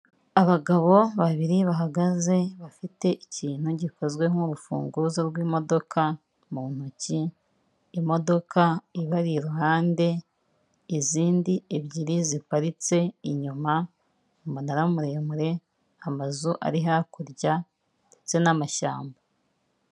Abagabo babiri bahagaze bafite ikintu gikozwe nk'urufunguzo rw'imodoka mu ntoki, imodoka ibari iruhande, izindi ebyiri ziparitse inyuma, umunara muremure, amazu ari hakurya ndetse n'amashyamba.